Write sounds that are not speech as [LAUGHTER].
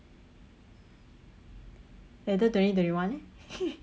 later twenty one eh [LAUGHS]